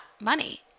money